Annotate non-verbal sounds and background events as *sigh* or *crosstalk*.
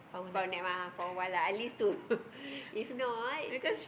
for a nap ah for awhile lah at least to *laughs* if not